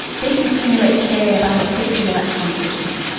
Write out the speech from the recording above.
they can simulate today about a fifty electron system.